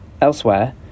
Elsewhere